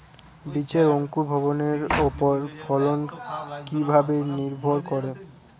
বীজের অঙ্কুর ভবনের ওপর ফলন কিভাবে নির্ভর করে?